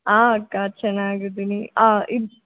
ಆಂ ಅಕ್ಕ ಚೆನ್ನಾಗಿದ್ದೀನಿ ಆಂ ಇದು